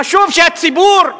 חשוב שהציבור,